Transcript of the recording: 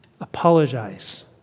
Apologize